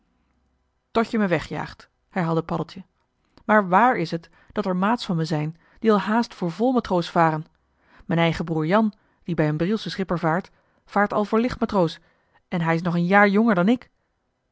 tot je me wegjaagt herhaalde paddeltje maar wààr is het dat er maats van me zijn die al haast voor vol matroos varen m'n eigen broer jan die bij een brielschen schipper vaart vaart al voor licht matroos en hij is nog een jaar jonger dan ik